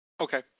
Okay